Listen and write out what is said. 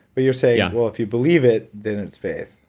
but you're saying yeah well, if you believe it, then it's faith.